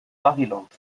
maryland